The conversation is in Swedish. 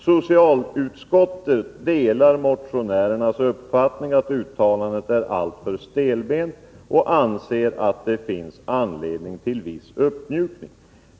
Socialutskottet delar motionärernas uppfattning att uttalandet är alltför stelbent och anser att det finns anledning till viss uppmjukning.